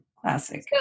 classic